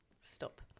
stop